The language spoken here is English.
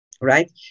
right